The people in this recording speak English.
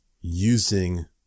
using